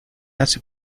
hace